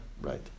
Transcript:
right